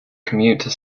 commuter